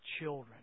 children